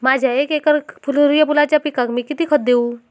माझ्या एक एकर सूर्यफुलाच्या पिकाक मी किती खत देवू?